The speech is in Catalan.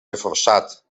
reforçat